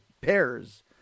pairs